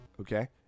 Okay